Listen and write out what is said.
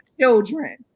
children